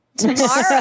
Tomorrow